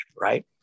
Right